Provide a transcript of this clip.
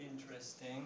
interesting